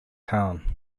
town